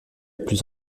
plus